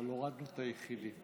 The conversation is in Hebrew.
אבל הורדנו את היחידים.